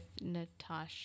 Natasha